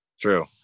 true